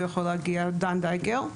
דן דייקר,